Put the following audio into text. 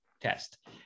test